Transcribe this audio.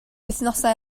wythnosau